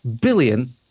billion